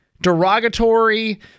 derogatory